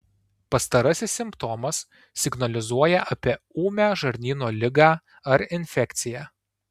pastarasis simptomas signalizuoja apie ūmią žarnyno ligą ar infekciją